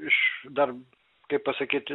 iš dar kaip pasakyti